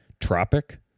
Tropic